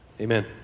Amen